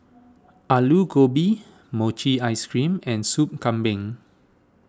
Aloo Gobi Mochi Ice Cream and Soup Kambing